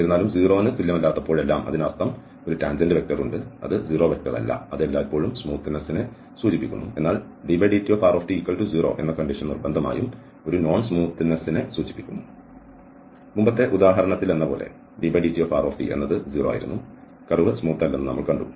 എന്നിരുന്നാലും 0 ന് തുല്യമല്ലാത്തപ്പോഴെല്ലാം അതിനർത്ഥം ഒരു ടാൻജെന്റ് വെക്റ്റർ ഉണ്ട് അത് 0 വെക്റ്റർ അല്ല അത് എല്ലായ്പ്പോഴും സ്മൂത്ത്നെസ്സ്നെ സൂചിപ്പിക്കുന്നു എന്നാൽ drtdt0 എന്ന കണ്ടീഷൻ നിർബന്ധമായും ഒരു നോൺ സ്മൂത്ത്നെസ്സ്നെ സൂചിപ്പിക്കുന്നു മുമ്പത്തെ ഉദാഹരണത്തിലെന്നപോലെ drtdt എന്നത് 0 ആയിരുന്നു കർവ് സ്മൂത്ത് അല്ലെന്ന് നമ്മൾ കണ്ടു